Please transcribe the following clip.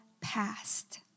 past